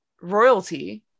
royalty